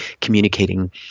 communicating